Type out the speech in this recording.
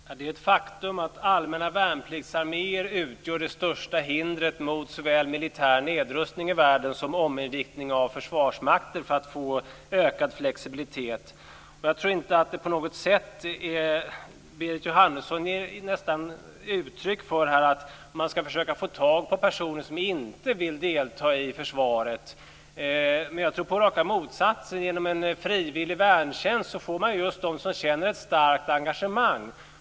Herr talman! Det är ett faktum att allmänna värnplikts-arméer utgör det största hindret mot såväl militär nedrustning i världen som ominriktning av Försvarsmakten för att få en ökad flexibilitet. Berit Jóhannesson ger nästan uttryck för att man ska försöka få tag i personer som inte vill delta i försvaret. Jag tror på raka motsatsen. Genom en frivillig värntjänst får man just de som känner ett starkt engagemang.